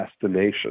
destination